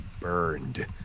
burned